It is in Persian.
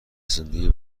زندگی